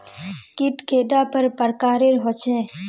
कीट कैडा पर प्रकारेर होचे?